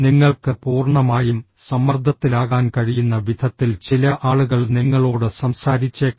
നിങ്ങൾക്ക് പൂർണ്ണമായും സമ്മർദ്ദത്തിലാകാൻ കഴിയുന്ന വിധത്തിൽ ചില ആളുകൾ നിങ്ങളോട് സംസാരിച്ചേക്കാം